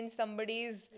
somebody's